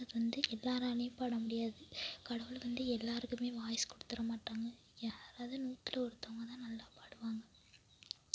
வந்து எல்லோராலையும் பாடமுடியாது கடவுள் வந்து எல்லோருக்குமே வாய்ஸ் கொடுத்துற மாட்டாங்க யாராவது நூற்றுல ஒருத்தங்க தான் நல்லா பாடுவாங்க